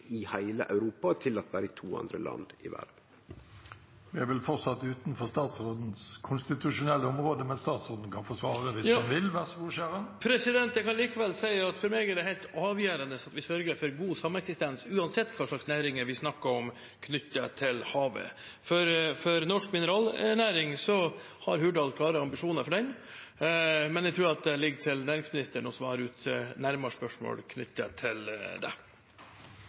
i heile Europa og er tillate berre i to andre land i verden? Dette er vel fortsatt utenfor statsrådens konstitusjonelle område, men statsråden kan få svare hvis han vil – vær så god. Jeg kan likevel si at for meg er det helt avgjørende at vi sørger for god sameksistens uansett hvilke næringer vi snakker om knyttet til havet. Hurdalsplattformen har klare ambisjoner for norsk mineralnæring, men jeg tror det ligger til næringsministeren å svare ut nærmere spørsmål knyttet til